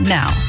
now